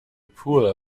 pool